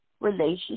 relationship